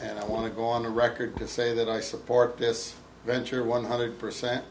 and i want to go on the record to say that i support this venture one hundred percent